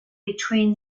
between